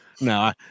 No